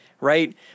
right